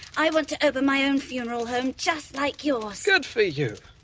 i want to open my own funeral home, just like yours. good for you.